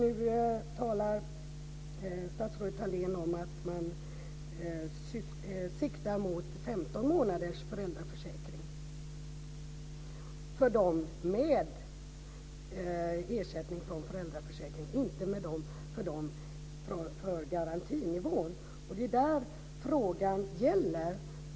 Nu talar statsrådet Thalén om att man siktar mot 15 månaders föräldraförsäkring för dem med ersättning från föräldraförsäkringen, inte för dem med garantinivån. Det är det frågan gäller.